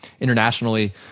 internationally